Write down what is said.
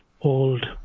old